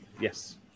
Yes